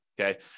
Okay